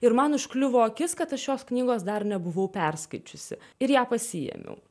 ir man užkliuvo akis kad aš šios knygos dar nebuvau perskaičiusi ir ją pasiėmiau